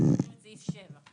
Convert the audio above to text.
אנחנו מקריאים את סעיף 7?